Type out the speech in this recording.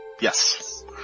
Yes